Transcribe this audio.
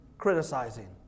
criticizing